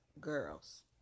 girls